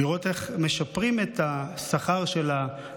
לראות איך משפרים את השכר של הפסיכולוגים